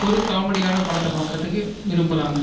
ஒரு காமெடியான படத்தை பார்க்குறதுக்கு விரும்புகிறாங்க